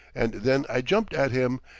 and then i jumped at him,